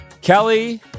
Kelly